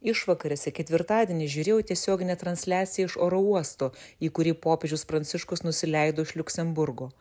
išvakarėse ketvirtadienį žiūrėjau tiesioginę transliaciją iš oro uosto į kurį popiežius pranciškus nusileido iš liuksemburgo